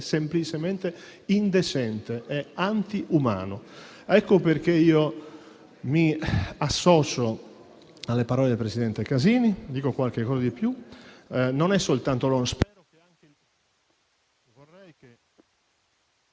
semplicemente indecente e antiumano. Ecco perché mi associo alle parole del presidente Casini e dico qualcosa di più.